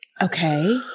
Okay